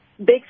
big